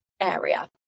area